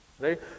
right